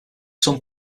some